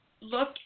Look